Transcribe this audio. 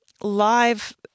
live